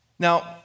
Now